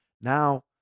now